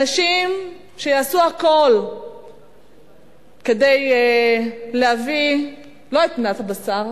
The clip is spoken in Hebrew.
אנשים שיעשו הכול כדי להביא לא את מנת הבשר,